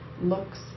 looks